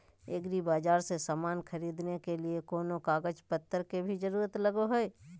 एग्रीबाजार से समान खरीदे के लिए कोनो कागज पतर के भी जरूरत लगो है?